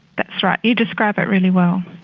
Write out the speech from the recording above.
that's right, you describe it really well,